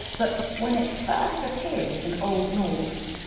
but when it first appears in old norse,